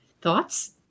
Thoughts